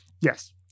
yes